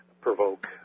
provoke